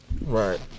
Right